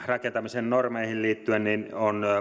rakentamisen normeihin liittyen on